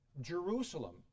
jerusalem